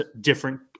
different